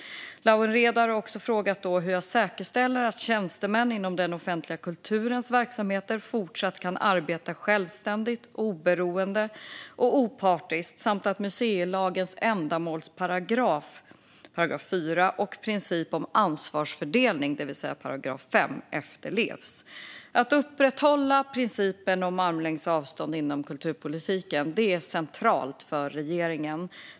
Lawen Redar har också frågat hur jag säkerställer att tjänstemän inom den offentliga kulturens verksamheter kan fortsätta att arbeta självständigt, oberoende och opartiskt samt att museilagens ändamålsparagraf, § 4, och princip för ansvarsfördelning, § 5, efterlevs. Att upprätthålla principen om armlängds avstånd inom kulturpolitiken är centralt för regeringen.